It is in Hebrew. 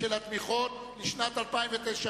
לא נתקבלה.